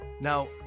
Now